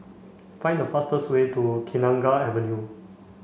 find the fastest way to Kenanga Avenue